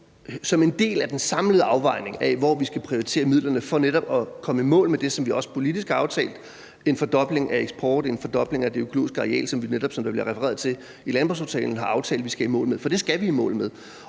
som en del af den samlede afvejning af, hvor vi skal prioritere midlerne, for netop at komme i mål med det, som vi også politisk har aftalt, nemlig en fordobling af eksport af økologiske fødevarer og en fordobling af det økologiske areal, som vi netop i landbrugsaftalen, som der bliver refereret til, har aftalt vi skal i mål med. For det skal vi i mål med.